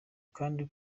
kandi